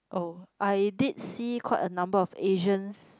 oh I did see quite a number of Asians